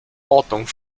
ordnung